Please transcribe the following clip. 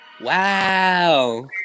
Wow